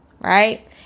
right